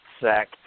sack